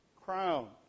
crown